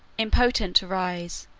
impotent to rise,